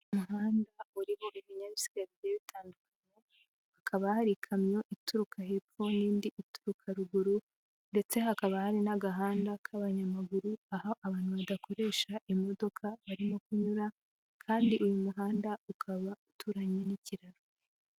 Umuhanda urimo ibinyabiziga byari bitandukanye, hakaba hari ikamyo ituruka hepfo n'indi ituruka ruguru, ndetse hakaba hari n'agahanda k'abanyamaguru, aho abantu badakoresha imodoka barimo kunyura, kandi uyu muhanda ukaba uturanye n'ikiraro.